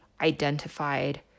identified